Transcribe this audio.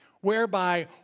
Whereby